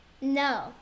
No